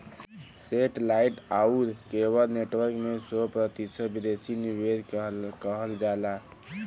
सेटे light आउर cable network में सौ प्रतिशत विदेशी निवेश किहल जाला